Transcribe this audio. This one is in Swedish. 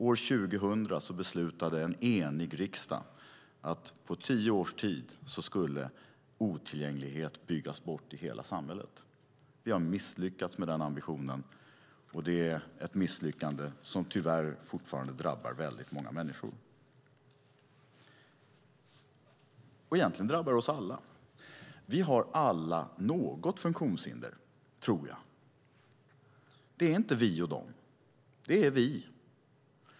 År 2000 beslutade en enig riksdag att på tio års tid skulle otillgänglighet byggas bort i hela samhället. Vi har misslyckats med den ambitionen, och det är ett misslyckande som tyvärr fortfarande drabbar många människor. Egentligen drabbar det oss alla. Vi har alla något funktionshinder, tror jag. Det är inte vi och de. Det är vi.